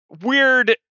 weird